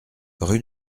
rue